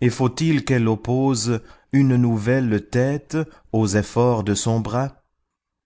et faut-il qu'elle oppose une nouvelle tête aux efforts de son bras